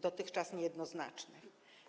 dotychczas niejednoznacznych.